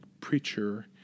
preacher